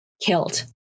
killed